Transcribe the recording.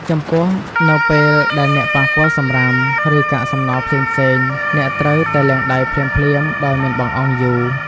ចំពោះ នៅពេលដែលអ្នកប៉ះពាល់សំរាម ឬកាកសំណល់ផ្សេងៗ អ្នកត្រូវតែលាងដៃភ្លាមៗដោយមិនបង្អង់យូរ។